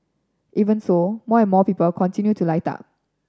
even so more and more people continue to light up